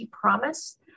Promise